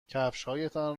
کفشهایتان